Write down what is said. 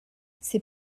ses